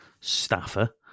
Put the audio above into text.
staffer